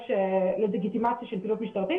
יש לגיטימציה של פעילות משטרתית.